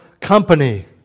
company